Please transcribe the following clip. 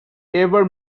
ever